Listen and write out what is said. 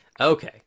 Okay